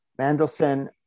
Mandelson